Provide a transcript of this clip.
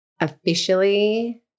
officially